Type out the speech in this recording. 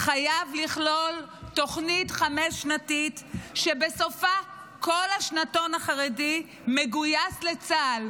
חייב לכלול תוכנית חמש-שנתית שבסופה כל השנתון החרדי מגויס לצה"ל.